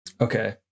Okay